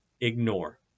ignore